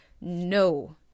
no